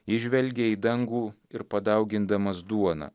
jis žvelgia į dangų ir padaugindamas duoną